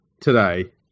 today